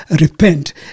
repent